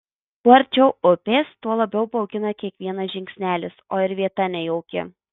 kuo arčiau upės tuo labiau baugina kiekvienas žingsnelis o ir vieta nejauki